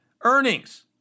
earnings